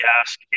ask